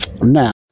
Now